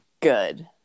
Good